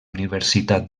universitat